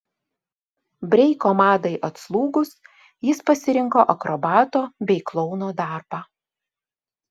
breiko madai atslūgus jis pasirinko akrobato bei klouno darbą